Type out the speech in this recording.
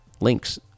links—